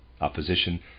Opposition